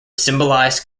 symbolise